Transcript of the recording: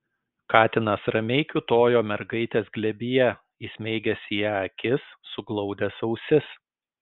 katinas ramiai kiūtojo mergaitės glėbyje įsmeigęs į ją akis suglaudęs ausis